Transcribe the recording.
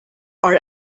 are